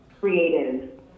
creative